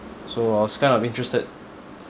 so I was kind of interested